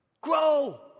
Grow